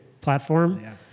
platform